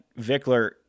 Vickler